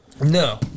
No